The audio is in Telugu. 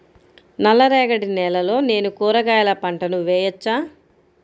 నల్ల రేగడి నేలలో నేను కూరగాయల పంటను వేయచ్చా?